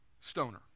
stoner